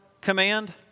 command